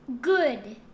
Good